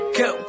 go